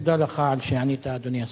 תודה לך על שענית, אדוני השר.